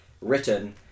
written